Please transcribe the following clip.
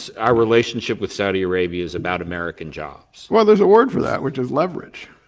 our relationship with saudi arabia is about american jobs. well there's a word for that which is leverage.